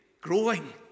growing